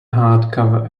hardcover